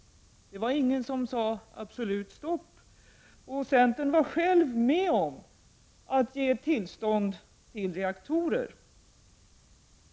Det var ingen som sade absolut stopp, och centern var själv med om att ge tillstånd till reaktorer.